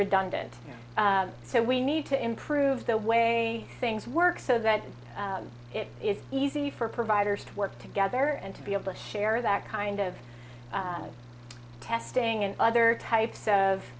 redundant so we need to improve the way things work so that it is easy for providers to work together and to be able to share that kind of testing and other types of